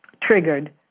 triggered